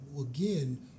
again